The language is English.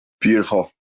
Beautiful